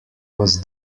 was